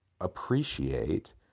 appreciate